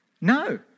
no